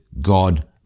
God